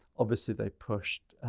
obviously they pushed